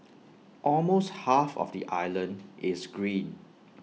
almost half of the island is green